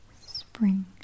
spring